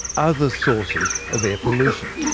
other sources of air pollution.